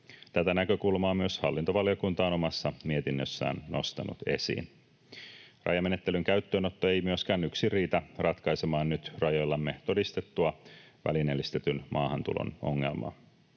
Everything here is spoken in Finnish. Tätä näkökulmaa myös hallintovaliokunta on omassa mietinnössään nostanut esiin. Rajamenettelyn käyttöönotto ei myöskään yksin riitä ratkaisemaan nyt rajoillamme todistettua välineellistetyn maahantulon ongelmaa.